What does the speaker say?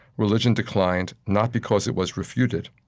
religion declined, not because it was refuted,